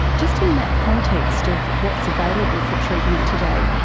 just in that context of what's available for treatment today,